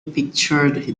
pictured